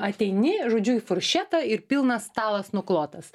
ateini žodžiu į furšetą ir pilnas stalas nuklotas